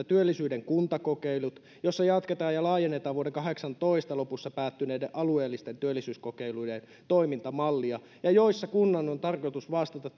työllisyyden kuntakokeilut joissa jatketaan ja laajennetaan vuoden kahdeksantoista lopussa päättyneiden alueellisten työllisyyskokeilujen toimintamallia ja joissa kunnan on tarkoitus vastata